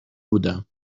بودم